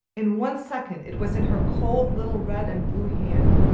in one second it was in her cold, little red and blue hand.